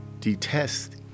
Detest